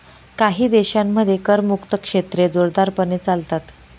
काही देशांमध्ये करमुक्त क्षेत्रे जोरदारपणे चालतात